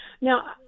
Now